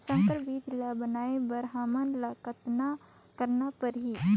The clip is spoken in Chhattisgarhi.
संकर बीजा ल बनाय बर हमन ल कतना करना परही?